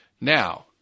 Now